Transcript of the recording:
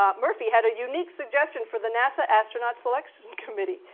um murphy had a unique suggestion for the nasa astronauts selection committee.